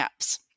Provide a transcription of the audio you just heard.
apps